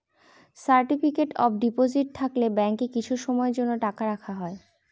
certificate of deposit থাকলে ব্যাঙ্কে কিছু সময়ের জন্য টাকা রাখা হয়